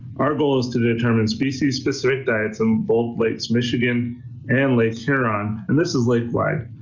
our goal is to determine species specific diets in both lakes, michigan and lake huron, and this is lake wide.